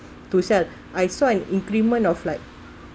to sell I saw an increment of like